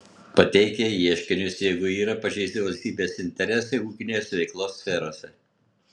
pateikia ieškinius jeigu yra pažeisti valstybės interesai ūkinės veiklos sferose